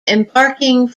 embarking